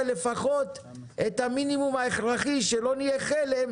לפחות את המינימום ההכרחי שלא נהיה חלם,